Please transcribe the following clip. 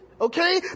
Okay